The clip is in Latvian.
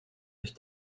bez